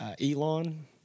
Elon